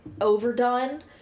overdone